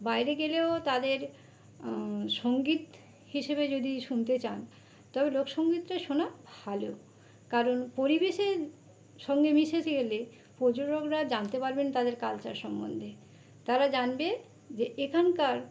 বাইরে গেলেও তাদের সঙ্গীত হিসেবে যদি শুনতে চান তবে লোকসঙ্গীতটাই শোনা ভালো কারণ পরিবেশের সঙ্গে মিশেজ গেলে পর্যটকরা জানতে পারবেন তাদের কালচার সম্বন্ধে তারা জানবে যে এখনাকার